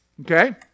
Okay